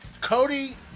Cody